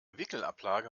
wickelablage